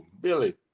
Billy